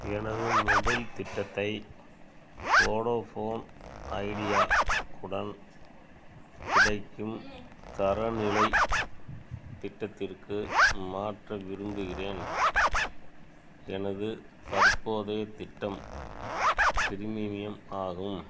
எனது மொபைல் திட்டத்தை Vodafone Idea உடன் கிடைக்கும் தரநிலை திட்டத்திற்கு மாற்ற விரும்புகிறேன் எனது தற்போதைய திட்டம் பிரீமியம் ஆகும்